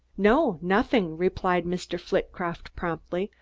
no, nothing, replied mr. flitcroft promptly.